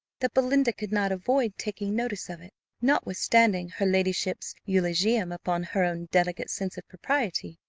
that belinda could not avoid taking notice of it. notwithstanding her ladyship's eulogium upon her own delicate sense of propriety,